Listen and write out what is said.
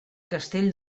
castell